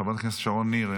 חברת הכנסת שרון ניר,